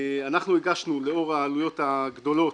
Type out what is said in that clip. אנחנו הגשנו לאור העלויות הגדולות,